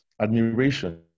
Admiration